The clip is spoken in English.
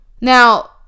Now